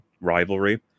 rivalry